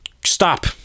stop